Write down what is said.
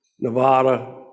Nevada